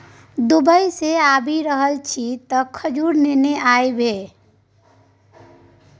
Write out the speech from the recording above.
Dubai सँ आबि रहल छी तँ खजूर नेने आबिहे